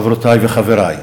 חברותי וחברי.